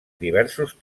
diversos